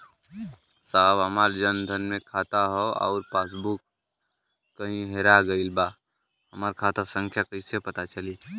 साहब हमार जन धन मे खाता ह अउर पास बुक कहीं हेरा गईल बा हमार खाता संख्या कईसे पता चली?